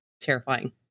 terrifying